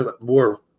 More